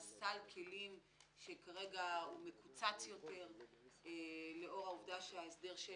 סל הכלים המקוצץ יותר לאור העובדה שההסדר של